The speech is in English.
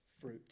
fruit